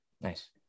Nice